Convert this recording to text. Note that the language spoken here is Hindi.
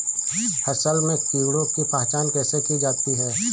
फसल में कीड़ों की पहचान कैसे की जाती है?